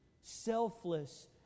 Selfless